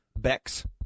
Bex